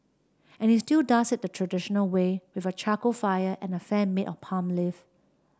and he still does it the traditional way with a charcoal fire and a fan made of palm leaf